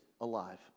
alive